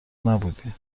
نبودی